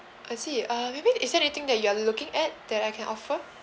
I see uh maybe is there anything that you are looking at that I can offer